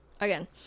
again